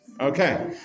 Okay